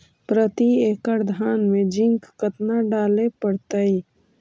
प्रती एकड़ धान मे जिंक कतना डाले पड़ताई?